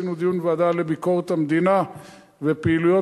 עשינו דיון בוועדה לביקורת המדינה ופעילויות